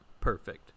perfect